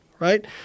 Right